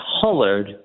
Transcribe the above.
colored